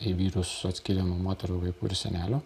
į vyrus atskiriamų moterų vaikų ir senelių